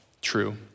true